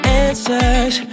answers